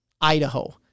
Idaho